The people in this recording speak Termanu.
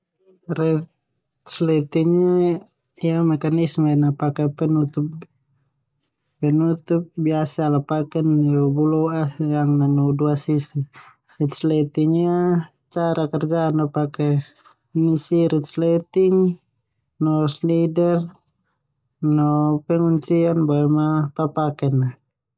Ritsleting ia mekanisme a pake penutup penutup biasa ala paken nwu bualoas yang nanu sua sisi. Ritsleting ia cara kerja a pake nissi ritsleting, no slider no kekenan boema papaken.